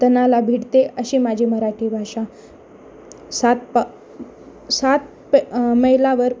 तनाला भिडते अशी माझी मराठी भाषा सात पा सात प मैलावर